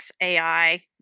AI